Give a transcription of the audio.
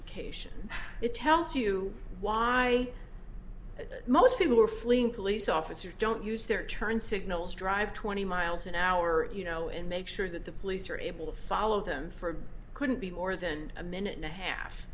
amplification it tells you why most people are fleeing police officers don't use their turn signals drive twenty miles an hour you know and make sure that the police are able follow them for couldn't be more than a minute and a half